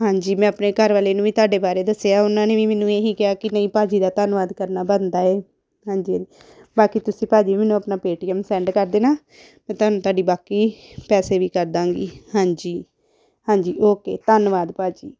ਹਾਂਜੀ ਮੈਂ ਆਪਣੇ ਘਰ ਵਾਲੇ ਨੂੰ ਵੀ ਤੁਹਾਡੇ ਬਾਰੇ ਦੱਸਿਆ ਉਹਨਾਂ ਨੇ ਵੀ ਮੈਨੂੰ ਇਹ ਹੀ ਕਿਹਾ ਕਿ ਨਹੀਂ ਭਾਅ ਜੀ ਦਾ ਧੰਨਵਾਦ ਕਰਨਾ ਬਣਦਾ ਹੈ ਹਾਂਜੀ ਜੀ ਬਾਕੀ ਤੁਸੀਂ ਭਾਅ ਜੀ ਮੈਨੂੰ ਆਪਣਾ ਪੇ ਟੀ ਐੱਮ ਸੈਂਡ ਕਰ ਦੇਣਾ ਮੈਂ ਤੁਹਾਨੂੰ ਤੁਹਾਡੀ ਬਾਕੀ ਪੈਸੇ ਵੀ ਕਰ ਦਾਂਗੀ ਹਾਂਜੀ ਹਾਂਜੀ ਓਕੇ ਧੰਨਵਾਦ ਭਾਅ ਜੀ